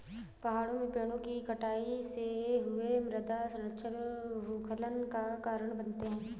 पहाड़ों में पेड़ों कि कटाई से हुए मृदा क्षरण भूस्खलन का कारण बनते हैं